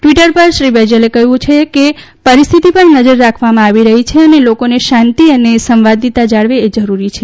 Twitter પર શ્રી બૈજલે કહ્યું કે પરિસ્થિતિ પર નજર રાખવામાં આવી રહી છે અને લોકો શાંતિ અને સંવાદિતા જાળવે એ જરૂરી છે